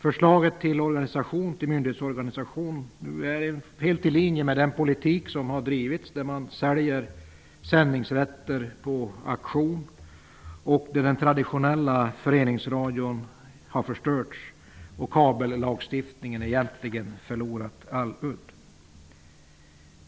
Förslaget till myndighetsorganisation ligger helt i linje med den politik som har drivits, då sändningsrätter säljs på auktion, den traditionella föreningsradion har förstörts och kabellagstiftningen har egentligen förlorat all udd.